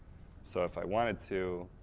so if i wanted to,